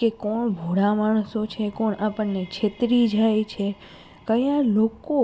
કે કોણ ભોળા માણસો છે કોણ આપણને છેતરી જાય છે કયા લોકો